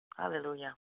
Hallelujah